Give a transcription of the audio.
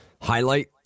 highlight